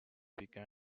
begun